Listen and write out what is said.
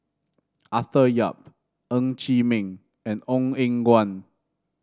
Arthur Yap Ng Chee Meng and Ong Eng Guan